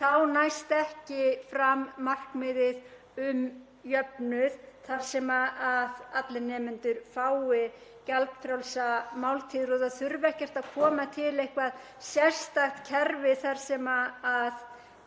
þá næst ekki fram markmiðið um jöfnuð þar sem allir nemendur fái gjaldfrjálsar máltíðir og það þurfi ekkert að koma til eitthvert sérstakt kerfi þar sem þau